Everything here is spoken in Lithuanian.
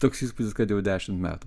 toks įspūdis kad jau dešimt metų